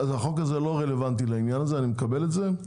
החוק הזה לא רלוונטי לעניין הזה, אני מקבל את זה.